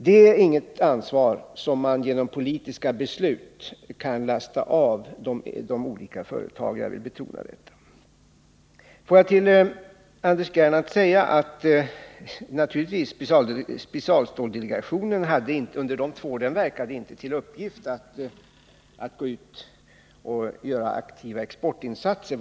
Det är inget ansvar som man genom politiska beslut kan lasta av de olika företagen — jag vill betona det. Får jag till Anders Gernandt säga att specialstålsdelegationen under de två år den verkade inte hade till uppgift att gå ut och göra aktiva exportinsatser.